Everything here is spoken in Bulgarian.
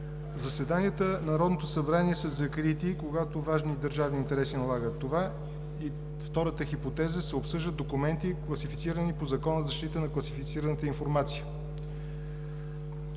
„Заседанията на Народното събрание са закрити, когато важни държавни интереси налагат това“, и втората хипотеза: „се обсъждат документи, класифицирани по Закона за защита на класифицираната информация“.